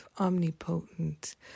omnipotent